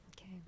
Okay